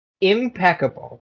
impeccable